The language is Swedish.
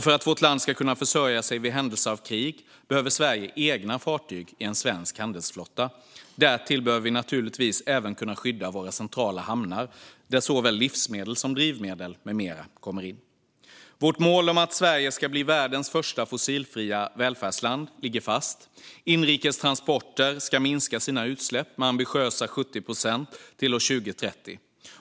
För att vårt land ska kunna försörja sig vid händelse av krig behöver Sverige egna fartyg i en svensk handelsflotta. Därtill behöver vi naturligtvis även kunna skydda våra centrala hamnar där såväl livsmedel som drivmedel med mera kommer in. Vårt mål om att Sverige ska bli världens första fossilfria välfärdsland ligger fast. Inrikes transporter ska minska sina utsläpp med ambitiösa 70 procent till 2030.